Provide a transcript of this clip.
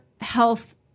health